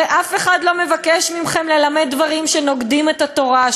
הרי אף אחד לא מבקש ממכם ללמד דברים שנוגדים את התורה,